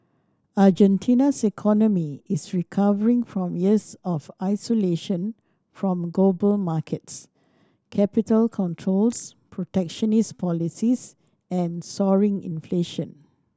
Argentina's economy is recovering from years of isolation from global markets capital controls protectionist policies and soaring inflation